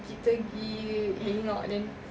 kita gi hanging out then